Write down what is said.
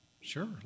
Sure